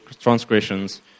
transgressions